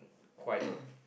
quite